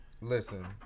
listen